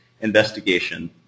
investigation